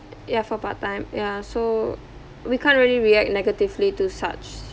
ya for part-time ya so we can't really react negatively to such